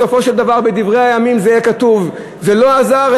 בסופו של דבר בדברי הימים יהיה כתוב: זה לא עזר,